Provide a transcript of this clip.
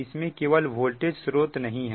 इसमें केवल वोल्टेज स्रोत नहीं है